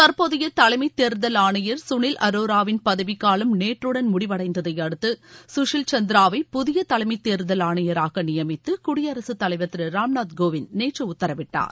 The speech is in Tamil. தற்போதைய தலைமைதேர்தல் ஆணையர் கனில் அரோராவின் பதவிக்காலம் நேற்றுடன் முடிவளடந்ததையடுத்து சுஷில் சந்திராவை புதிய தலைமைதேர்தல் ஆணையராக நியமித்து குடியரசுத் தலைவர் திரு ராம்நாத் கோவிந்த் நேற்று உத்தரவிட்டார்